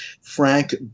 Frank